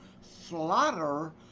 slaughter